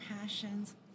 passions